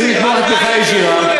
צריכים לתמוך תמיכה ישירה,